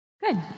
Good